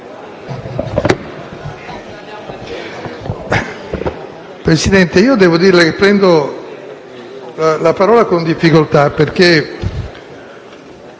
Presidente, devo dire che prendo la parola con difficoltà, perché